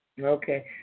Okay